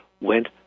went